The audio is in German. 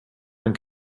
denn